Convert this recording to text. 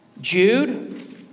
Jude